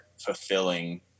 fulfilling